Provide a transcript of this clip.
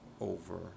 over